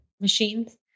machines